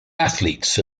athletes